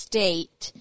State